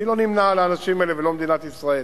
אני לא נמנה עם האנשים האלה ולא מדינת ישראל,